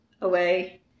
away